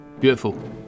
beautiful